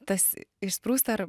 tas išsprūsta ar